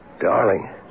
darling